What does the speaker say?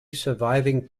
surviving